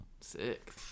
Sick